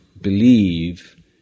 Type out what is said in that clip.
believe